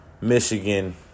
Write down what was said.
Michigan